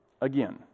again